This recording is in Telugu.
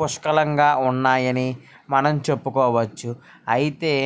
పుష్కలంగా ఉన్నాయని మనం చెప్పుకోవచ్చు అయితే